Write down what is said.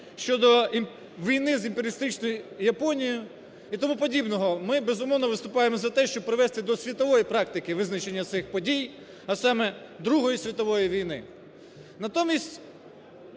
щодо війни з імперіалістичною Японією і тому подібного. Ми, безумовно, виступаємо за те, щоб привести до світової практики визначення цих подій, а саме Другої світової війни.